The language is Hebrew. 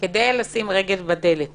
כדי לשים רגל בדלת